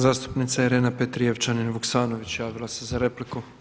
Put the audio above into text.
Zastupnica Irena Petrijevčanin-Vuksanović javila se za repliku.